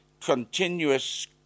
continuous